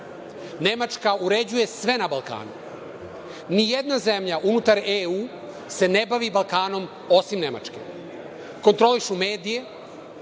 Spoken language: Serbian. Nemačka uređuje sve na Balkanu. Ni jedna zemlja unutar EU se ne bavi Balkanom osim Nemačke. Kontrolišu medije,